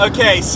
Okay